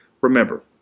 Remember